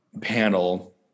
panel